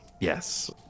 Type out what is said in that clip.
yes